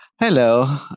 Hello